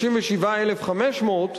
37,500,